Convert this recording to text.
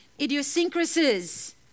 idiosyncrasies